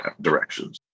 directions